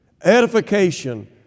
edification